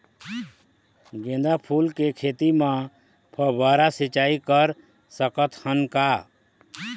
गेंदा फूल के खेती म फव्वारा सिचाई कर सकत हन का?